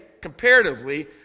comparatively